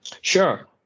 Sure